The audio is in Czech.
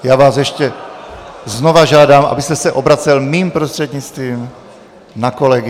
Já vás ještě znova žádám, abyste se obracel mým prostřednictvím na kolegy.